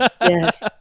Yes